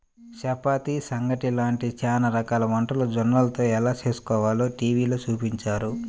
చపాతీ, సంగటి లాంటి చానా రకాల వంటలు జొన్నలతో ఎలా చేస్కోవాలో టీవీలో చూపించారు